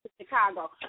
Chicago